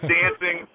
dancing